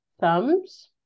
Thumbs